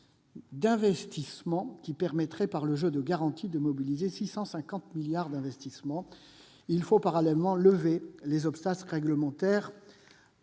d'investissement qui permettrait, par le jeu de garanties, de mobiliser 650 milliards d'euros d'investissements. Il faut parallèlement lever les obstacles réglementaires